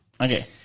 Okay